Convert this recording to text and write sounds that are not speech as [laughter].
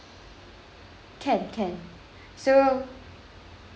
can can [breath] so